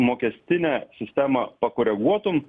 mokestinę sistemą pakoreguotum